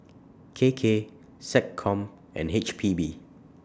K K Seccom and H P B